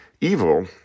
evil